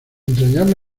entrañable